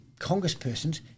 congresspersons